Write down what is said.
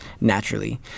naturally